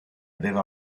aveva